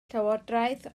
llywodraeth